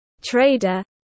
trader